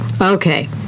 Okay